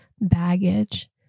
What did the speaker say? baggage